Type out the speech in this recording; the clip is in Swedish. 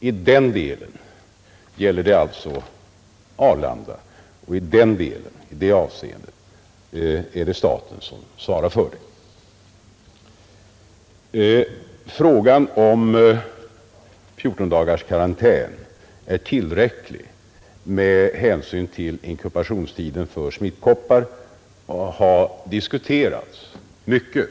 I den delen gäller det alltså Arlanda, och det är staten som svarar för detta. Frågan huruvida 14 dagars karantän är tillräcklig med hänsyn till inkubationstiden för smittkoppor har diskuterats mycket.